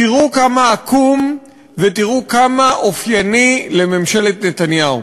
תראו כמה עקום, ותראו כמה אופייני לממשלת נתניהו.